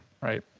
right